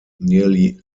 nearly